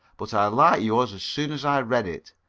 but i liked yours as soon as i read it,